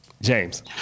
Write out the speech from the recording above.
James